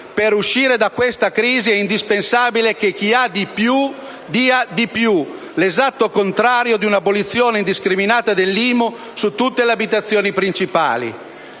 per uscire da questa crisi è indispensabile che chi ha di più dia di più. L'esatto contrario di un'abolizione indiscriminata dell'IMU su tutte le abitazioni principali.